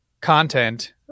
content